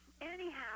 anyhow